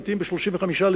לעתים ב-35%,